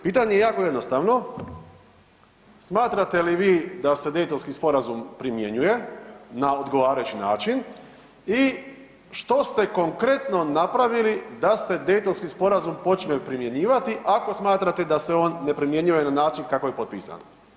Pitanje je jako jednostavno, smatrate li vi da se Daytonski sporazum primjenjuje na odgovarajući način i što ste konkretno napravili da se Daytonski sporazum počne primjenjivati ako smatrate da se on ne primjenjuje na način kako je potpisan?